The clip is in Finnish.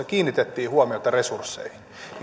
kiinnitettiin huomiota resursseihin